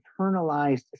internalized